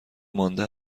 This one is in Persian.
مانده